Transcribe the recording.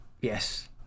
Yes